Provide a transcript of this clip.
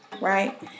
Right